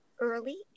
early